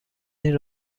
این